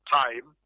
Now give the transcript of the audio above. time